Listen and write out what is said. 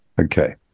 Okay